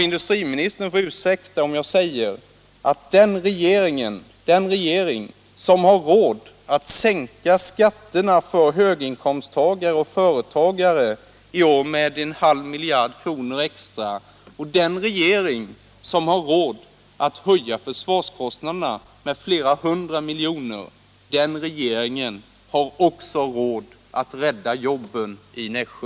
Industriministern får ursäkta att jag säger detta, men den regering som har råd att sänka skatterna för höginkomsttagare och företagare med en halv miljard kronor extra i år, och den regering som har råd att höja försvarskostnaderna med flera hundra miljoner kronor, den regeringen har också råd att rädda jobben i Nässjö!